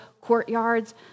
courtyards